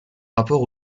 rapport